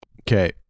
Okay